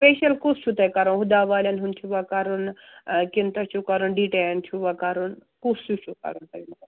facial کُس چھُو تۄہہِ کَرُن ہُدا والٮ۪ن ہُنٛد چھُوا کَرُن کِنہٕ توہہِ چھُو کَرُن ڈِٹین چھُوا کَرُن کُس ہیٛوٗ چھُو کَرُن تۄہہِ